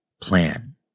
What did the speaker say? plan